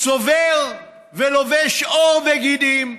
צובר ולובש עור וגידים,